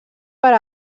per